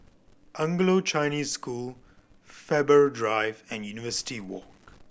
Anglo Chinese School Faber Drive and University Walk